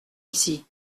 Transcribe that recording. ici